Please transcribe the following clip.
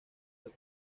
del